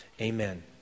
amen